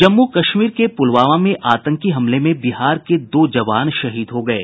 जम्मू कश्मीर के पुलवामा में आतंकी हमले में बिहार के दो जवान शहीद हो गये